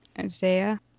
Isaiah